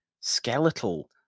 skeletal